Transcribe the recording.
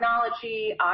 technology